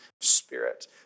Spirit